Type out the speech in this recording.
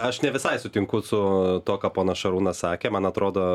aš ne visai sutinku su tuo ką ponas šarūnas sakė man atrodo